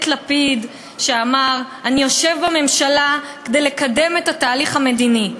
לפיד אמר: אני יושב בממשלה כדי לקדם את התהליך המדיני.